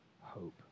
hope